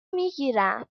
میگیرم